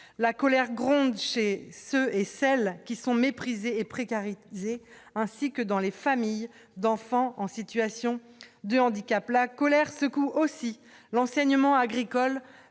la colère gronde chez ceux et celles qui sont méprisés et ainsi que dans les familles d'enfants en situation de handicap, la colère secoue aussi l'enseignement agricole